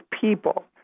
people